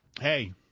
hey